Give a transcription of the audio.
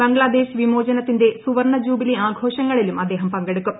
ബംഗ്ലാദേശ് വിമോചനത്തിന്റെ സു്പർണ്ണ ജൂബിലി ആഘോഷങ്ങളിലും അദ്ദേഹം പങ്കെടുക്കും